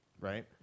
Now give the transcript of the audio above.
right